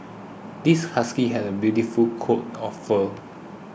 this husky has a beautiful coat of fur